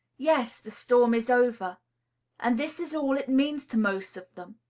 yes, the storm is over and this is all it means to most of them.